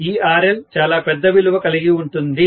ఈ RL చాలా పెద్ద విలువ కలిగి ఉంటుంది